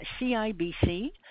CIBC